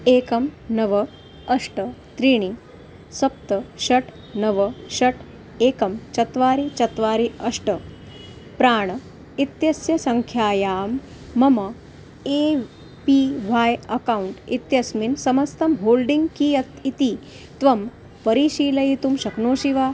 एकं नव अष्ट त्रीणि सप्त षट् नव षट् एकं चत्वारि चत्वारि अष्ट प्राण इत्यस्य सङ्ख्यायां मम ए पी व्हाय् अकौण्ट् इत्यस्मिन् समस्तं होल्डिङ्ग् कियत् इति त्वं परिशीलयितुं शक्नोषि वा